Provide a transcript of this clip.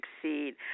succeed